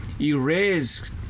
erase